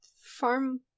farm